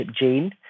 gene